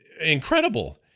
incredible